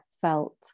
felt